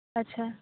ଆଚ୍ଛା